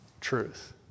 truth